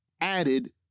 Added